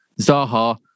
Zaha